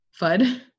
FUD